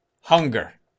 hunger